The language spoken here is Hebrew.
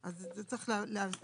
את זה צריך להסביר.